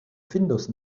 findus